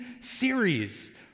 series